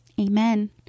amen